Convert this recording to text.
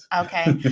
okay